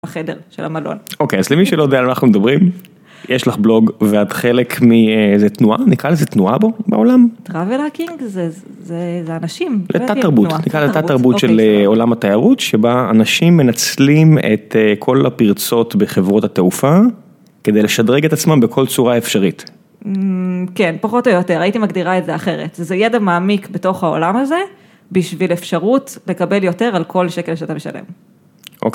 החדר של המלון. אוקיי, אז למי שלא יודע למה אנחנו מדברים, יש לך בלוג ואת חלק מאיזו תנועה, נקרא לזה תנועה בו בעולם? Travel hacking זה אנשים. תת תרבות, נקרא לזה תת תרבות של עולם התיירות, שבה אנשים מנצלים את כל הפרצות בחברות התעופה, כדי לשדרג את עצמם בכל צורה אפשרית. כן, פחות או יותר, הייתי מגדירה את זה אחרת, זה ידע מעמיק בתוך העולם הזה, בשביל אפשרות לקבל יותר על כל שקל שאתה משלם. אוקיי.